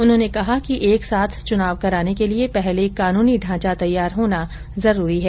उन्होंने कहा कि एक साथ चुनाव कराने के लिए पहले कानूनी ढांचा तैयार होना जरूरी है